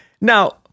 Now